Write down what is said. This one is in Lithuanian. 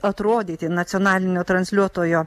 atrodyti nacionalinio transliuotojo